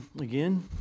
again